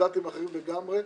בסטנדרטים אחרים לגמרי,